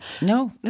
No